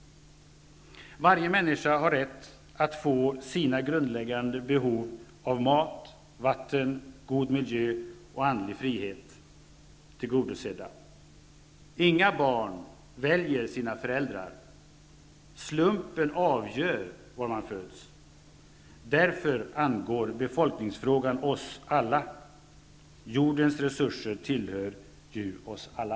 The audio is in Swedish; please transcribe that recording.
Varje människa har rätt att få sina grundläggande behov av mat, vatten, god miljö och andlig frihet tillgodosedda. Inga barn väljer sina föräldrar. Slumpen avgör var man föds. Därför angår befolkningsfrågan oss alla. Jordens resurser tillhör ju oss alla.